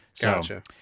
Gotcha